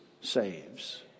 saves